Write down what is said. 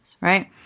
Right